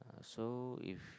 so if